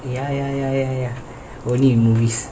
ya ya ya ya ya only movies